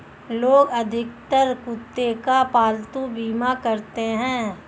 लोग अधिकतर कुत्ते का पालतू बीमा कराते हैं